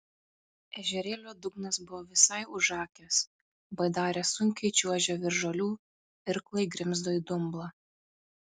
ežerėlio dugnas buvo visai užakęs baidarė sunkiai čiuožė virš žolių irklai grimzdo į dumblą